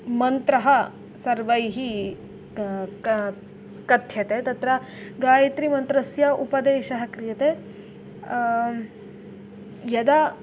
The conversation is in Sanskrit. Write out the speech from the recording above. मन्त्रः सर्वैः क क कथ्यते तत्र गायत्रीमन्त्रस्य उपदेशः क्रियते यदा